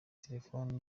telefone